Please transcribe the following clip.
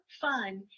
fun